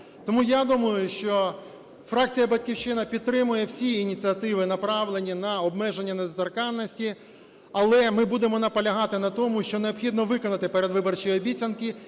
Тому я думаю, що фракція "Батьківщина" підтримає всі ініціативи, направлені на обмеження недоторканності, але ми будемо наполягати на тому, що необхідно виконати передвиборчі обіцянки